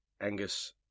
Angus